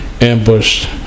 ambushed